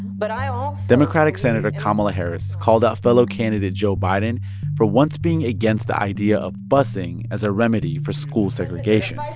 but i also democratic senator kamala harris called out fellow candidate joe biden for once being against the idea of busing as a remedy for school segregation